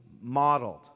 modeled